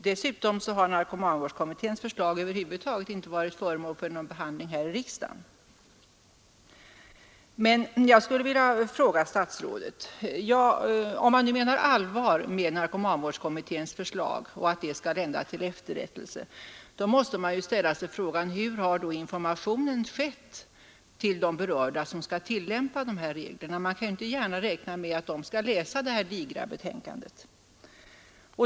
Dessutom har narkomanvårdskommitténs förslag över huvud taget inte varit föremål för någon behandling här i riksdagen. Men om det nu är meningen att narkomanvårdskommitténs förslag skall lända till efterrättelse måste man ju ställa sig frågan: Hur har då informationen skett till de berörda som skall tillämpa dessa regler? Man kan ju inte gärna räkna med att de skall läsa det här digra betänkandet.